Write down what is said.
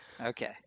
Okay